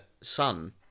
son